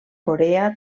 corea